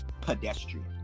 pedestrian